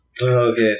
Okay